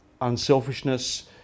unselfishness